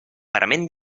parament